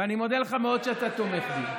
אני מודה לך מאוד שאתה תומך בי.